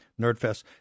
Nerdfest